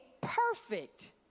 perfect